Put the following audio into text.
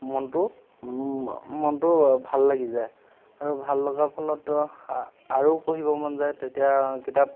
মনটো মনটো ভাল লাগি যায় আৰু ভাল লগা ফলত আৰু পঢ়িব মন যায় তেতিয়া কিতাপ